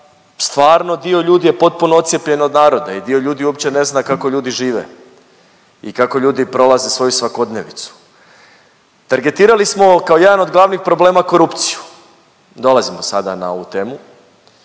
stvarno dio ljudi je potpuno ocijepljen od naroda i dio ljudi uopće ne zna kako ljudi žive i kako ljude prolaze svoju svakodnevicu. Targetirali smo kao jedan od glavnih problema korupciju, dolazimo sada na ovu temu